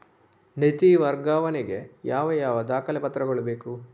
ನಿಧಿ ವರ್ಗಾವಣೆ ಗೆ ಯಾವ ಯಾವ ದಾಖಲೆ ಪತ್ರಗಳು ಬೇಕು?